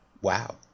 Wow